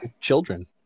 children